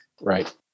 Right